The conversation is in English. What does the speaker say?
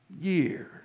years